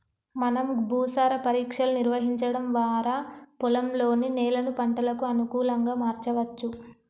మనం భూసార పరీక్షలు నిర్వహించడం వారా పొలంలోని నేలను పంటలకు అనుకులంగా మార్చవచ్చు